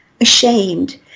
ashamed